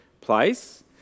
place